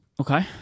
Okay